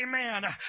amen